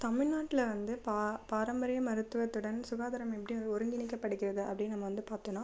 தமிழ் நாட்டில வந்து பா பாரம்பரிய மருத்துவத்துடன் சுகாதாரம் எப்படி ஒருங்கிணைக்கப்படுகிறது அப்படினு நம்ம வந்து பார்த்தோன்னா